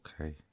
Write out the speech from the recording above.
Okay